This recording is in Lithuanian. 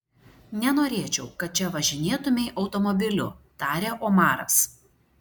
nenorėčiau kad čia važinėtumei automobiliu tarė omaras